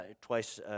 twice